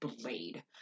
Blade